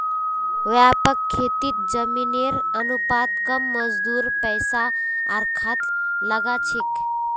व्यापक खेतीत जमीनेर अनुपात कम मजदूर पैसा आर खाद लाग छेक